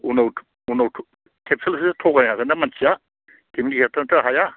उनाव उनावथ' खेबसेल'सो थगाय हागोन ना मानसिया खेबनै खेबथाम थ' हाया